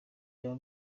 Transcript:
byaba